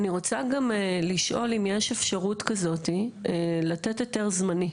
אני רוצה גם לשאול אם יש אפשרות כזאתי לתת הייתר זמני,